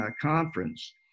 conference